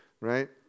right